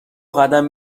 قدم